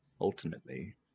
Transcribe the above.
ultimately